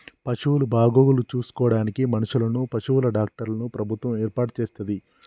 పశువుల బాగోగులు చూసుకోడానికి మనుషులను, పశువుల డాక్టర్లను ప్రభుత్వం ఏర్పాటు చేస్తది